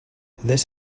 this